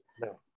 No